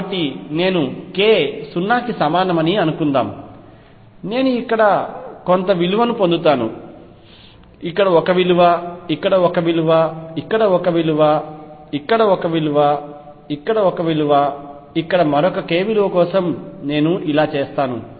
కాబట్టి నేను k 0 కి సమానం అని అనుకుందాం నేను ఇక్కడ కొంత విలువను పొందుతాను ఇక్కడ ఒక విలువ ఇక్కడ ఒక విలువ ఇక్కడ ఒక విలువ ఇక్కడ ఒక విలువ ఇక్కడ ఒక విలువ ఇక్కడ మరొక k విలువ కోసం నేను ఇలా చేస్తాను